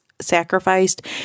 sacrificed